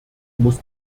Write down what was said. muss